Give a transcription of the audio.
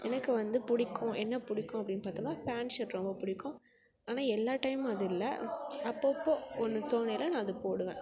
எனக்கு வந்து பிடிக்கும் என்ன பிடிக்கும் அப்படின்னு பார்த்தோம்னா பேண்ட் ஷர்ட் ரொம்ப பிடிக்கும் ஆனால் எல்லா டைம்மும் அது இல்லை அப்பப்போ ஒன்று தோணையில் நான் அது போடுவேன்